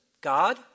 God